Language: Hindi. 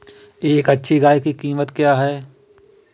एक अच्छी गाय की कीमत क्या है?